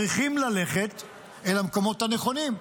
צריכים ללכת אל המקומות הנכונים.